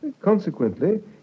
Consequently